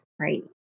right